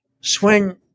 swing